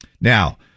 Now